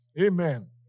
Amen